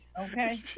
okay